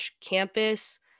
campus